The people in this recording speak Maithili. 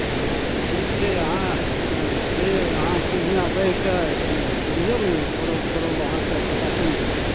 हँ ठीक छै अहाँ से अहाँ किछु दिना रहिके से गमिऔ ने परब परब अहाँकेँ पता चलि जाएत